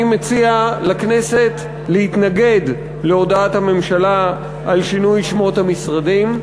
אני מציע לכנסת להתנגד להודעת הממשלה על שינוי שמות המשרדים.